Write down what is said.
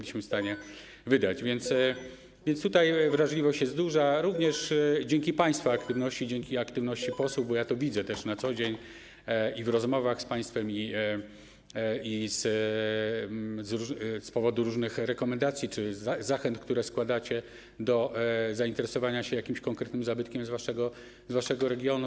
Więc tutaj wrażliwość jest duża, również dzięki państwa aktywności, dzięki aktywności posłów - bo ja to widzę też na co dzień, i w rozmowach z państwem, i z powodu różnych rekomendacji czy zachęt, które składacie, by zainteresować się jakimś konkretnym zabytkiem z waszego regionu.